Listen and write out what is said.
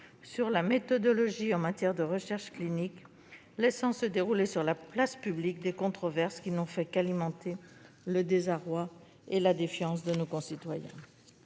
sur la méthodologie en matière de recherche clinique, laissant se déclencher sur la place publique des controverses, qui n'ont fait qu'alimenter le désarroi et la défiance de nos concitoyens.